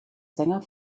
sänger